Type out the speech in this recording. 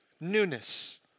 newness